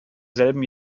selben